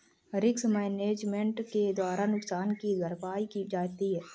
risk management के द्वारा नुकसान की भरपाई की जाती है